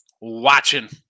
watching